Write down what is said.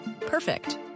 Perfect